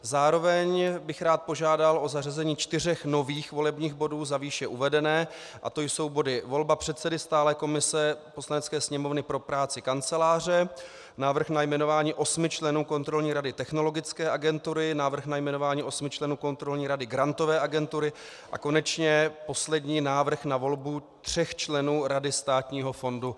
Zároveň bych rád požádal o zařazení čtyř nových volebních bodů za výše uvedené a to jsou body volba předsedy stálé komise Poslanecké sněmovny pro práci Kanceláře, návrh na jmenování osmi členů Kontrolní rady Technologické agentury, návrh na jmenování osmi členů Kontrolní rady Grantové agentury a konečně poslední je návrh na volbu tří členů Rady Státního fondu kinematografie.